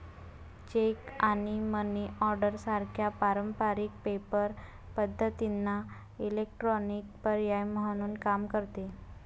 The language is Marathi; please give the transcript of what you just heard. चेक आणि मनी ऑर्डर सारख्या पारंपारिक पेपर पद्धतींना इलेक्ट्रॉनिक पर्याय म्हणून काम करते